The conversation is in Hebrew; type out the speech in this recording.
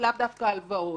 לאו דווקא הלוואות,